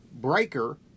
Breaker